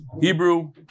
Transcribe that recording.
Hebrew